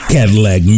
Cadillac